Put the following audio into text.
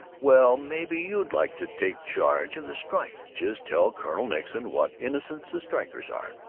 well, maybe you'd like to take charge of the strike! just tell colonel nixon what innocents the strikers are!